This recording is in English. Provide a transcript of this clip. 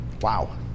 Wow